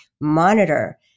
monitor